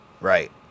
Right